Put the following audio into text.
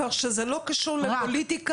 כך שזה לא קשור לפוליטיקה.